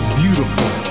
beautiful